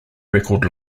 record